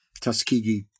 Tuskegee